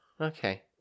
Okay